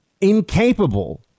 incapable